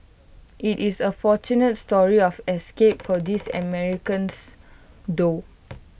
IT is A fortunate story of escape for these Americans though